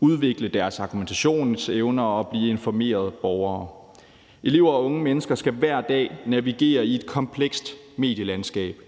udvikle deres argumentationsevne og blive informerede borgere. Elever og unge mennesker skal hver dag navigere i et komplekst medielandskab,